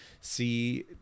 see